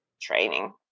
training